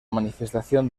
manifestación